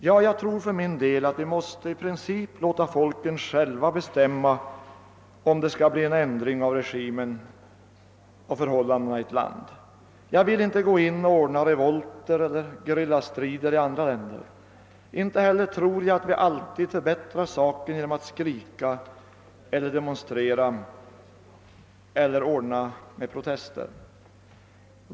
För min del tror jag att vi måste låta folken i princip själva bestämma om det skall bli en ändring av regimen eller förhållandena i ett land. Jag vill inte gå in och ordna revolter eller gerillastrider i andra länder. Inte heller tror jag att vi alltid förbättrar saken genom att skrika eller demonstrera eller ordna protestmöten.